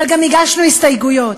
אבל גם הגשנו ההסתייגויות,